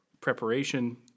preparation